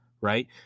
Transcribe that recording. right